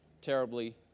terribly